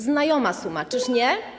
Znajoma suma, czyż nie?